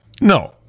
no